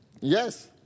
Yes